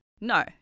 No